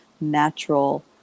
natural